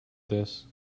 this